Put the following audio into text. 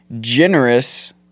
generous